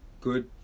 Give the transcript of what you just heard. good